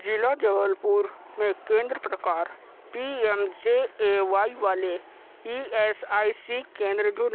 जिला जबलपुर में केंद्र प्रकार P M J A Y वाले ई एस आई सी केंद्र ढूँढें